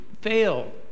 fail